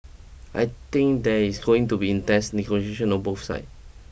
I think there is going to be intense negotiation on both sides